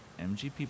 MGP